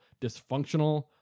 dysfunctional